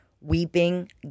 weeping